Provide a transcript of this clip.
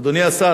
אדוני השר,